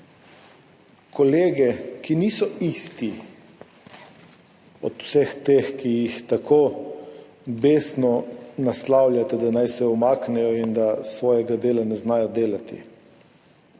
kolege, ki niso isti od vseh teh, ki jih tako besno naslavljate, da naj se umaknejo in da svojega dela ne znajo delati.